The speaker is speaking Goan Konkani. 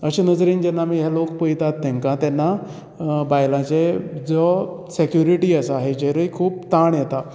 अशें नदरेन जेन्ना आमी हे लोक पळयता तेंका तेन्ना बायलांचे ज्यो सेक्युरिटी आसात हेचेरुय खूब ताण येता